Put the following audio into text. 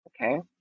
okay